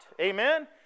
Amen